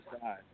side